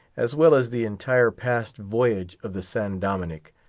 as well as the entire past voyage of the san dominick.